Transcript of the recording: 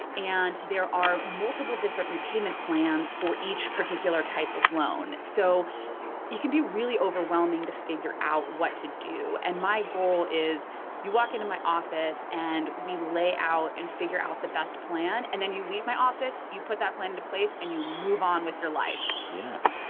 and there are multiple different repayment plans for each particular type of loan. so it can be really overwhelming to figure out what to do. and my goal is you walk into my office and we lay out and figure out the best plan. and then you leave my office, you put that plan into place, and you move on with your life yeah.